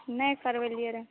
नहि करबेलियै रऽ